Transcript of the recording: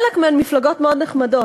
חלק מהן מפלגות מאוד נחמדות,